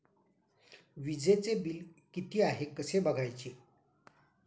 वीजचे बिल किती आहे कसे बघायचे?